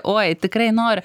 uoj tikrai noriu